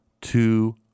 Two